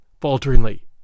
falteringly